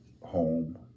home